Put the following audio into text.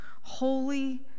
holy